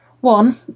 One